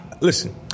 Listen